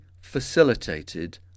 facilitated